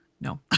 No